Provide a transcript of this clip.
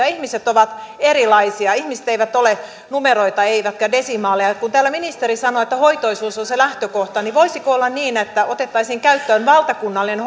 ihmiset ovat erilaisia ihmiset eivät ole numeroita eivätkä desimaaleja kun täällä ministeri sanoo että hoitoisuus on se lähtökohta niin voisiko olla niin että otettaisiin käyttöön valtakunnallinen